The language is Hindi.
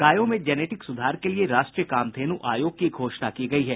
गायों में जेनेटिक सुधार के लिए राष्ट्रीय कामधेनु आयोग की घोषणा की गई है